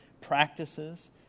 practices